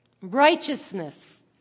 Righteousness